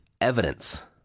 evidence